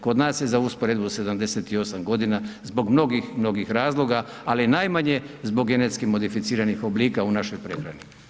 Kod nas je za usporedbu 78 godina zbog mnogih, mnogih razloga ali najmanje zbog genetski modificiranih oblika u našoj prehrani.